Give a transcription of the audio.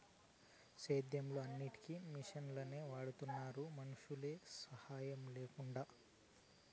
సేద్యంలో అన్నిటికీ మిషనులే వాడుతున్నారు మనుషుల సాహాయం లేకుండా